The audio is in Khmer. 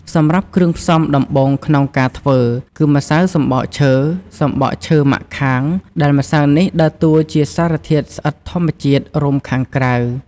សម្រាប់គ្រឿងផ្សំដំបូងក្នុងការធ្វើ គឺម្សៅសំបកឈើ សំបកឈើម៉ាក់ខាង ដែលម្សៅនេះដើរតួជាសារធាតុស្អិតធម្មជាតិរុំខាងក្រៅ។